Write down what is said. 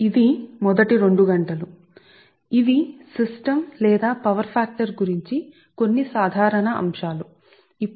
కాబట్టి ఇది మొదటి రెండు గంటలు ఇది సిస్టమ్ లేదా పవర్ ఫ్యాక్టర్ గురించి మీ కొన్ని సాధారణ ఆలోచన ల కోసం